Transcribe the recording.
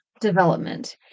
development